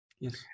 yes